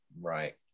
right